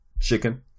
Chicken